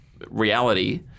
reality